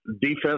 defense